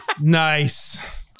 Nice